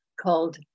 called